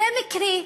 זה מקרי?